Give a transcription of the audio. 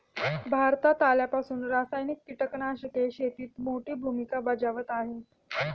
भारतात आल्यापासून रासायनिक कीटकनाशके शेतीत मोठी भूमिका बजावत आहेत